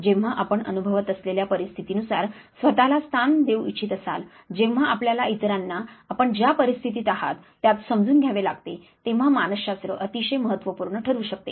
जेव्हा आपण अनुभवत असलेल्या परिस्थितीनुसार स्वत ला स्थान देऊ इच्छित असाल जेव्हा आपल्याला इतरांना आपण ज्या परिस्थितीत आहात त्यात समजून घ्यावे लागते तेव्हा मानसशास्त्र अतिशय महत्त्वपूर्ण ठरू शकते